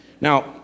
Now